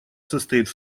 состоит